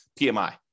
PMI